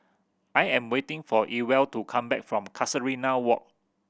I am waiting for Ewald to come back from Casuarina Walk